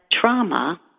trauma